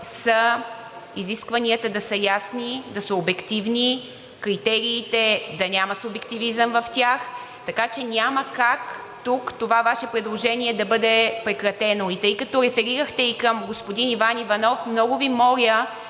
са изискванията да са ясни, да са обективни, критериите – да няма субективизъм в тях, така че няма как тук това Ваше предложение да бъде прекратено. И тъй като реферирахте и към господин Иван Иванов, много Ви моля,